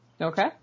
Okay